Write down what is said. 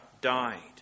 died